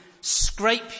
scrape